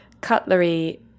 cutlery